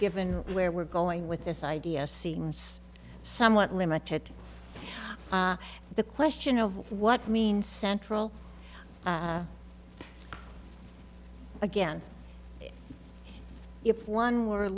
given where we're going with this idea seems somewhat limited to the question of what i mean central again if one were